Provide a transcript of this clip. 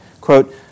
quote